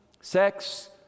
sex